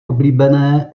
oblíbené